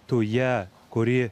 tuja kuri